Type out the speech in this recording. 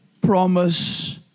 promise